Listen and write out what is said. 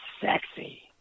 sexy